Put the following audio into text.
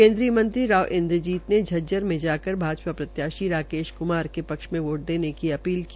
केन्द्रीय राजव इन्द्रजीत ने झज्जर में जाकर भाजपा प्रत्याशी राकेश कुमार के पक्ष में वोट देने की अपील की